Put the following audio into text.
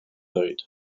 oed